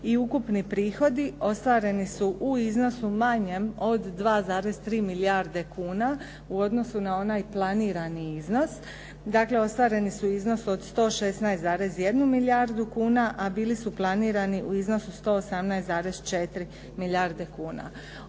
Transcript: i ukupni prihodi ostvareni su u iznosu manjem od 2,3 milijarde kuna u odnosu na onaj planirani iznos. Dakle, ostvareni su iznos od 116,1 milijardu kuna, a bili su planirani u iznosu 118,4 milijarde kuna.